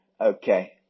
Okay